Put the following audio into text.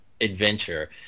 adventure